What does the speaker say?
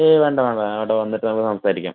ഏയ് വേണ്ട വേണ്ട ഞാനവിടെ വന്നിട്ട് നമുക്ക് സംസാരിക്കാം